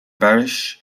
parish